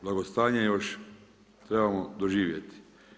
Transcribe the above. Blagostanje još trebamo doživjeti.